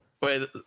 Wait